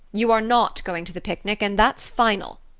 you are not going to the picnic and that's final.